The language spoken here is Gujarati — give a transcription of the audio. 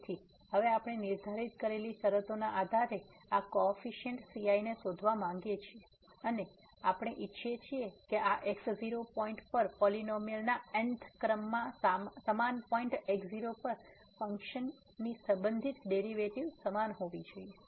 તેથી હવે આપણે નિર્ધારિત કરેલી શરતોના આધારે આ કો એફીસીઅંટ ci ને શોધવા માગીએ છીએ અથવા આપણે ઇચ્છીએ છીએ કે આ x0 પોઈન્ટ પર આ પોલીનોમીઅલના n th ક્રમમાં સમાન પોઈન્ટ x0 પર ફંક્શનની સંબંધિત ડેરીવેટીવ સમાન હોવી જોઈએ